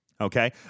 Okay